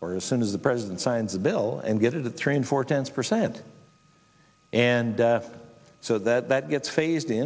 or as soon as the president signs a bill and get a train for ten percent and so that that gets phase